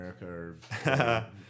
america